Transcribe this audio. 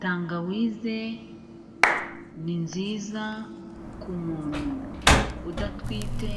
Tangawize ninziza ku muntu udatwite